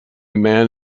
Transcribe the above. man